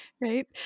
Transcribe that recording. Right